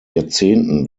jahrzehnten